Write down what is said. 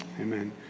Amen